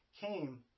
came